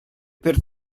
per